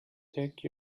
take